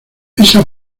esa